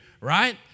right